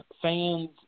Fans